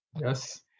Yes